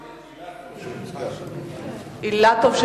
רוברט אילטוב,